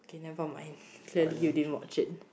nevermind clearly you didn't watch it